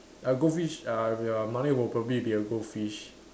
uh goldfish uh ya Malek will probably be a goldfish